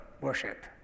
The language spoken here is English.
worship